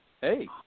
hey